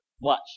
Watch